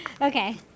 Okay